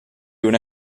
una